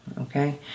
Okay